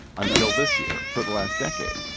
until this year, for the last decade.